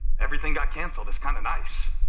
everything got cancelled. it's kind of nice.